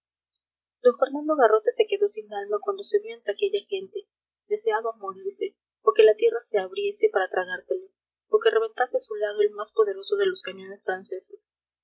d fernando garrote se quedó sin alma cuando se vio entre aquella gente deseaba morirse o que la tierra se abriese para tragársele o que reventase a su lado el más poderoso de los cañones franceses